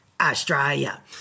Australia